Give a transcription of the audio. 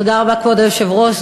כבוד היושב-ראש,